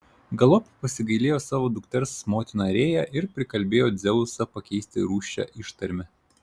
galop pasigailėjo savo dukters motina rėja ir prikalbėjo dzeusą pakeisti rūsčią ištarmę